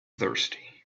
thirsty